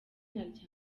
ryanjye